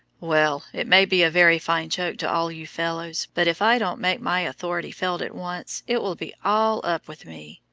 well, it may be a very fine joke to all you fellows, but if i don't make my authority felt at once, it will be all up with me.